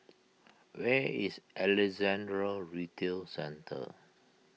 where is Alexandra Retail Centre